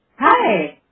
Hi